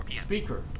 speaker